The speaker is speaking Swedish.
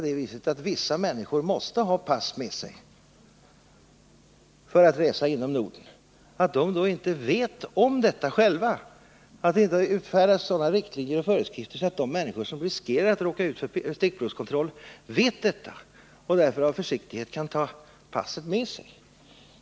Om vissa människor i princip måste ha pass med sig för att resa inom Norden, är det totalt oacceptabelt att de inte själva vet om det, att det inte utfärdas sådana föreskrifter att de människor som riskerar att råka ut för stickprovskontroll vet om det och därför kan ta passet med sig.